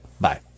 bye